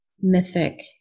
mythic